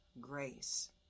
grace